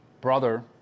brother